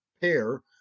pair